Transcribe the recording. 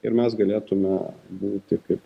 ir mes galėtume būti kaip